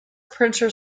printer